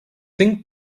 think